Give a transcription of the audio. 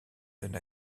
donne